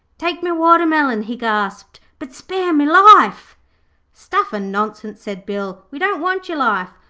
take me watermelon he gasped but spare me life stuff an nonsense said bill. we don't want your life.